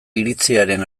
iritziaren